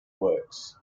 works